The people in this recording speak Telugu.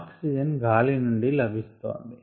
ఆక్సిజన్ గాలి నుండి లభిస్తోంది